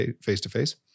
face-to-face